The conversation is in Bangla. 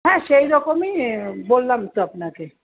হ্যাঁ সেইরকমই বললাম তো আপনাকে